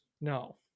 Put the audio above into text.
No